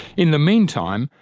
in the meantime,